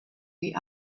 die